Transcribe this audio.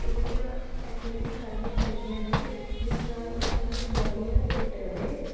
ਇਵੇਂ ਦੀਆਂ ਐਕਟੀਵਿਟੀਜ਼ ਕਰਨੀਆਂ ਚਾਹੀਦੀਆਂ ਨੇ ਜਿਸ ਨਾਲ਼ ਉਹਨਾਂ ਦੀ ਜੋ ਬੌਡੀ ਹੈ ਉਹ ਫਿੱਟ ਰਹੇ